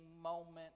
moment